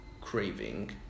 craving